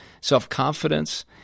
self-confidence